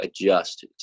adjust